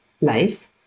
life